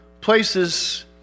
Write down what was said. places